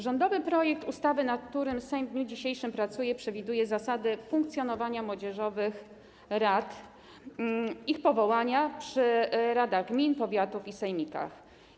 Rządowy projekt ustawy, nad którym Sejm w dniu dzisiejszym pracuje, przewiduje zasadę funkcjonowania młodzieżowych rad, ich powołania przy radach gmin, powiatów i sejmikach.